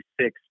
six